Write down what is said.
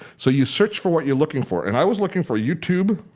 so you search for what you're looking for. and i was looking for youtube